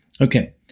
Okay